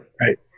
Right